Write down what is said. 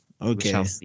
okay